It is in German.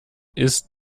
ist